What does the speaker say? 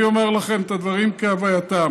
אני אומר לכם את הדברים כהווייתם.